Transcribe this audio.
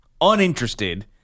uninterested